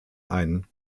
ein